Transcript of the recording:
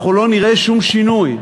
אנחנו לא נראה שום שינוי.